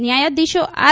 ન્યાયધીશો R